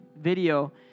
video